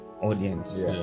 audience